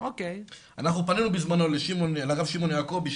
אנחנו פנינו בזמנו לשמעון יעקבי,